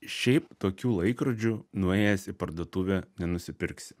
šiaip tokių laikrodžių nuėjęs į parduotuvę nenusipirksi